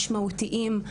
משמעותיים,